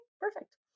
perfect